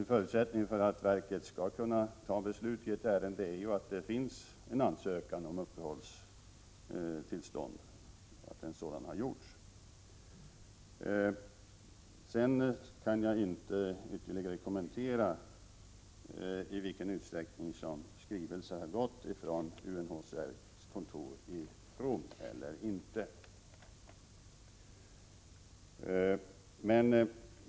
En förutsättning för att verket skall kunna fatta beslut i ett ärende är att det finns en ansökan om uppehållstillstånd. Jag kan inte ytterligare kommentera i vilken utsträckning skrivelser har gått från UNHCR:s kontor i Rom.